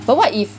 but what if